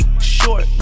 short